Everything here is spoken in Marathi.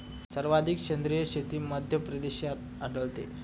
सर्वाधिक सेंद्रिय शेती मध्यप्रदेशात आढळते